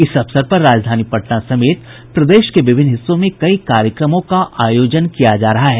इस अवसर पर राजधानी पटना समेत प्रदेश के विभिन्न हिस्सों में कई कार्यक्रमों का आयोजन किया जा रहा है